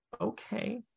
okay